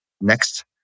Next